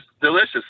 delicious